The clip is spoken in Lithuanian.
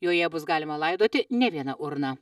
joje bus galima laidoti ne vieną urną